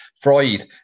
freud